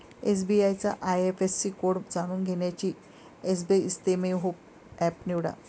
SBI चा IFSC code जाणून घेण्यासाठी एसबइस्तेमहो एप निवडा